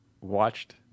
watched